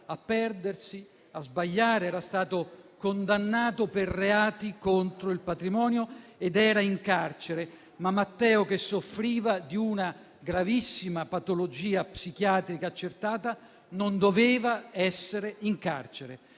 a perdersi, a sbagliare. Era stato condannato per reati contro il patrimonio ed era in carcere, ma Matteo, che soffriva di una gravissima patologia psichiatrica accertata, non doveva essere in carcere.